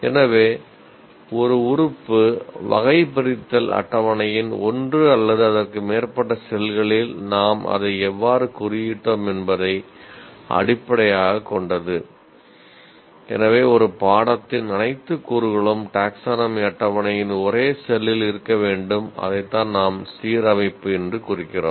எனவே ஒரு உறுப்பு அட்டவணையின் ஒரே செல்லில் இருக்க வேண்டும் அதை தான் நாம் சீரமைப்பு என்று குறிக்கிறோம்